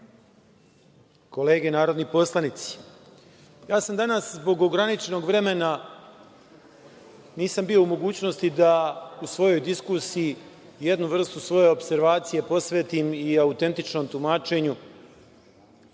kolege narodni poslanici, danas zbog ograničenog vremena nisam bio u mogućnosti da u svojoj diskusiji jednu vrstu svoje opservacije posvetim i autentičnom tumačenju